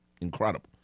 Incredible